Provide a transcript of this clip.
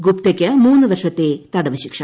ഗുപ്തക്ക് മൂന്ന് വർഷത്തെ തടവ് ശിക്ഷ